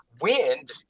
wind